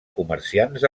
comerciants